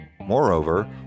Moreover